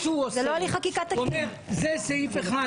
הוא אומר שזה סעיף אחד,